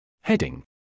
Heading